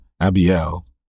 Abiel